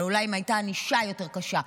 אבל אולי אם הייתה ענישה יותר קשה,